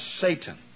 Satan